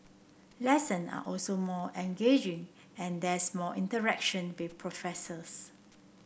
lesson are also more engaging and there's more interaction with professors